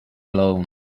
alone